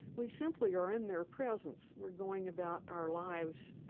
we simply are in their presence. we're going about our lives